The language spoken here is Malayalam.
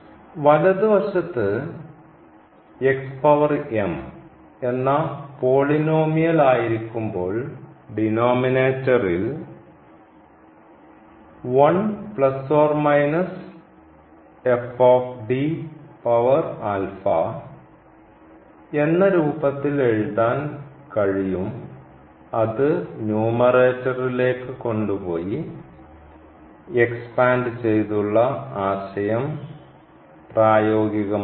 വലതുവശത്ത് എന്ന പോളിനോമിയൽ ആയിരിക്കുമ്പോൾ ഡിനോമിനേറ്ററിൽ എന്ന രൂപത്തിൽ എഴുതാൻ കഴിയും അത് ന്യൂമറേറ്ററിലേക്ക് കൊണ്ടുപോയി എക്സ്പാൻഡ് ചെയ്തുള്ള ആശയം പ്രായോഗികമാക്കുന്നു